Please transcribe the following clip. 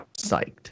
psyched